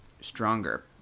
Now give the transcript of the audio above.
stronger